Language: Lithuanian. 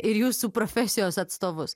ir jūsų profesijos atstovus